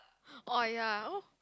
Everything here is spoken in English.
oh ya